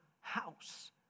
house